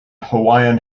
hawaiian